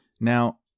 Now